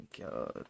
God